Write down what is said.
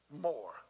more